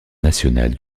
national